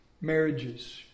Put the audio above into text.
marriages